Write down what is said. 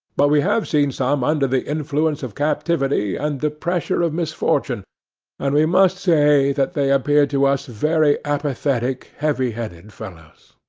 but we have seen some under the influence of captivity, and the pressure of misfortune and we must say that they appeared to us very apathetic, heavy-headed fellows.